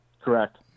Correct